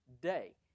day